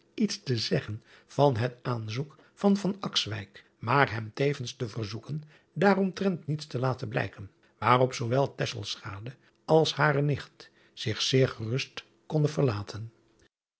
iets te zeggen van het aanzoek van maar hem tevens te verzoeken daaromtrent niets te laten blijken waarop zoowel als hare nicht zich zeer gerust konden verlaten